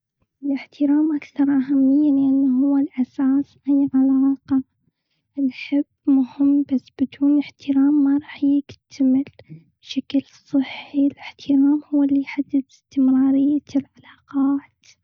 الإحترام أكثر أهمية. لإنه هو الأساس لأي علاقة. الحب مهم بس بدون إحترام ما راح يكتمل بشكل صحي. الإحترام هو اللي يحدد استمرارية العلاقات.